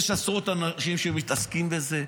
יש עשרות אנשים שמתעסקים בזה.